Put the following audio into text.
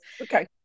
Okay